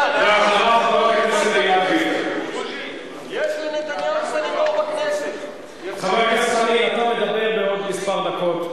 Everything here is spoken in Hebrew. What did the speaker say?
אתה מדבר בעוד מספר דקות.